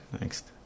next